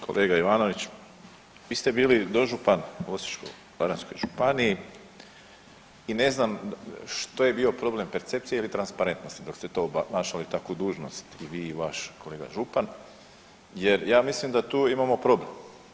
Kolega Ivanoviću, vi ste bili dožupan u Osječko-baranjskoj županiji i ne znam što je bio problem percepcije ili transparentnosti dok ste obnašali takvu dužnost i vi i vaš kolega župan jer ja mislim da tu imamo problem.